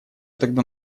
тогда